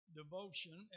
devotion